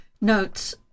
notes